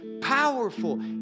powerful